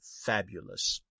fabulous